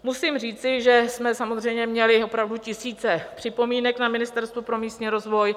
Musím říci, že jsme samozřejmě měli opravdu tisíce připomínek na Ministerstvu pro místní rozvoj.